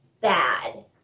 bad